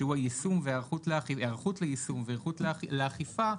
שהוא היישום והיערכות ליישום והיערכות לאכיפה,